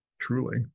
truly